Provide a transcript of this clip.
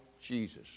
Jesus